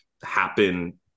happen